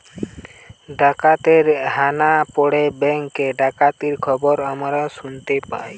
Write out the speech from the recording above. ডাকাতের হানা পড়ে ব্যাঙ্ক ডাকাতির খবর আমরা শুনতে পাই